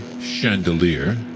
chandelier